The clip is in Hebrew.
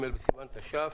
הכנסת.